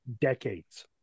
decades